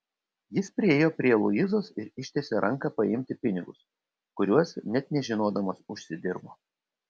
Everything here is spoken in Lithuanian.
jis priėjo prie luizos ir ištiesė ranką paimti pinigus kuriuos net nežinodamas užsidirbo